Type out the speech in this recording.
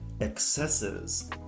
excesses